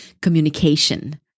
Communication